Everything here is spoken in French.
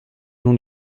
nom